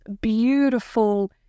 beautiful